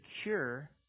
secure